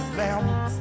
lamb